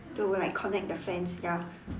to like connect the fence ya